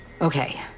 Okay